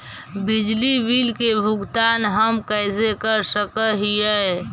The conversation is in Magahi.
बिजली बिल के भुगतान हम कैसे कर सक हिय?